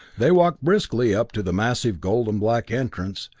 they walked briskly up to the massive gold and black entrance,